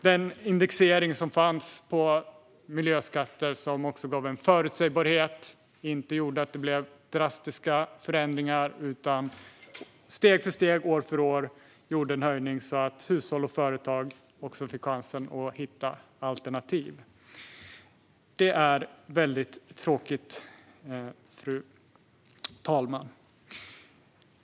Detsamma gäller indexeringen på miljöskatter, som gav förutsägbarhet och gjorde att det inte blev drastiska förändringar utan att höjningen skedde steg för steg och år för år, så att hushåll och företag fick chansen att hitta alternativ. Detta är väldigt tråkigt, fru talman.